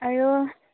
আৰু